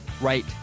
right